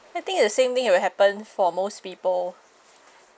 I think the same thing it will happen for most people